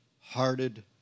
hearted